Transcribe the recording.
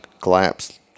collapsed